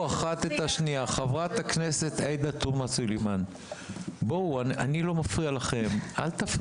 אני אתן לך גם לדבר, אני לא אפריע לך באמצע.